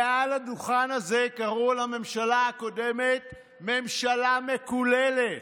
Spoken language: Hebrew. מעל הדוכן הזה קראו לממשלה הקודמת "ממשלה מקוללת".